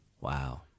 Wow